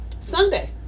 Sunday